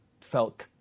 felt